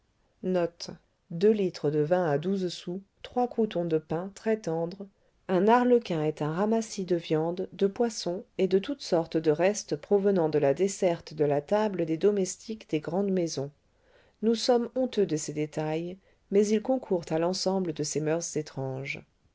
chanter une de pain très tendre un arlequin est un ramassis de viande de poisson et de toutes sortes de restes provenant de la desserte de la table des domestiques des grandes maisons nous sommes honteux de ces détails mais ils concourent à l'ensemble de ces moeurs étranges